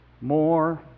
more